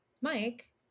mike